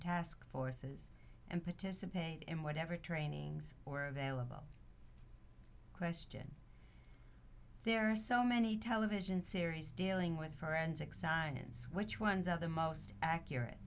task forces and participate in whatever trainings or available question there are so many television series dealing with forensic science which ones of the most accurate